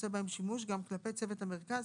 שיאפשרו לאדם עם מוגבלות לשטוף את עצמו,